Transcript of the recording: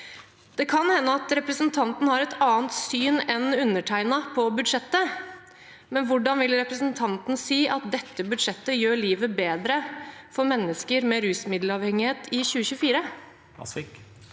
Det kan hende at representanten har et annet syn enn undertegnende på budsjettet, men hvordan vil representanten si at dette budsjettet gjør livet bedre for mennesker med rusmiddelavhengighet i 2024?